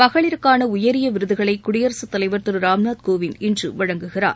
மகளிருக்கான உயரிய விருதான விருதுகளை குடியரசு தலைவர் திரு ராம்நாத் கோவிந்த் இன்று வழங்குகிறார்